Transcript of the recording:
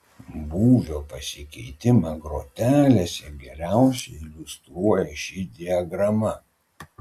būvio pasikeitimą grotelėse geriausiai iliustruoja ši diagrama